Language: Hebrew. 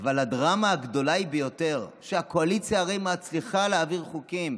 אבל הדרמה הגדולה ביותר היא שהקואליציה הרי מצליחה להעביר חוקים.